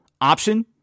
option